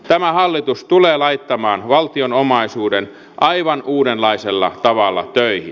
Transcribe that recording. tämä hallitus tulee laittamaan valtion omaisuuden aivan uudenlaisella tavalla töihin